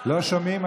לא שומעים?